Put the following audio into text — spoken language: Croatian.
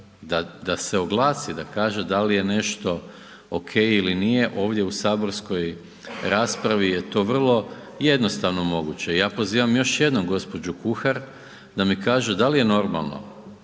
da se oglasi, da kaže da li je nešto ok ili nije ovdje u saborskoj raspravi je to vrlo jednostavno moguće. Ja pozivam još jednom gospođu Kuhar da mi kaže da li je normalno